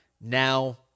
Now